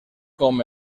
com